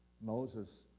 Moses